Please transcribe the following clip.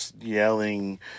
yelling